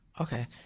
Okay